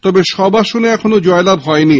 তবে সব আসনেএখনও জয়লাভ হয়নি